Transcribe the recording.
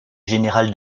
général